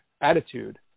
attitude